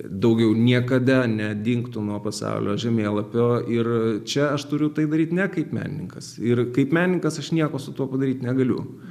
daugiau niekada nedingtų nuo pasaulio žemėlapio ir čia aš turiu tai daryt ne kaip menininkas ir kaip menininkas aš nieko su tuo padaryt negaliu